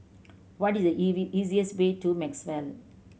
what is the easiest way to Maxwell